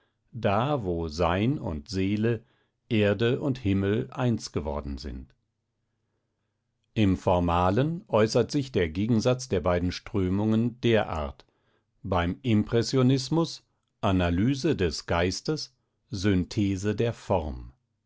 da wo sein und seele erde und himmel eins geworden sind im formalen äußert sich der gegensatz der beiden strömungen derart beim impressionismus analyse des geistes synthese der form